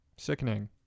Sickening